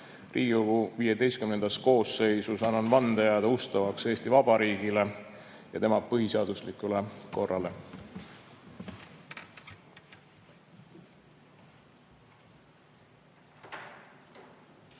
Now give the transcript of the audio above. Riigikogu XV koosseisus, annan vande jääda ustavaks Eesti Vabariigile ja tema põhiseaduslikule korrale.